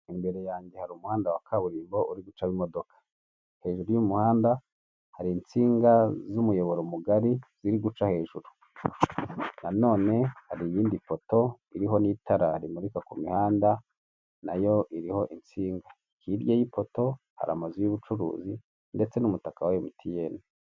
Imbere yanjye hari umuhanda wa kaburimbo uri gucamo imodoka, hejuru y'umuhanda hari insinga z'umuyoboro mugari ziri guca hejuru, na none hari iyindi poto iriho n'itara rimurika ku mihanda, na yo iriho insinga. Hirya y'ipoto hari amazu y'ubucuruzi ndetse n'umutaka wa Emutiyeni.